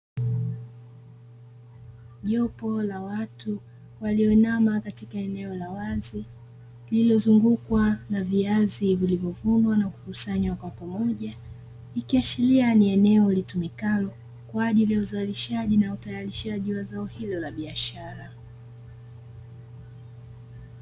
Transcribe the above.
Jopo la watu walioinama katika eneo la wazi lililozungukwa na viazi vilivyovunwa na kukusanywa kwa pamoja, ikiashiria ni eneo litumikalo kwa ajili ya uzalishaji na utayarishaji wa zao hilo la biashara.